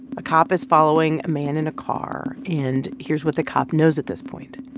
a cop is following a man in a car. and here's what the cop knows at this point.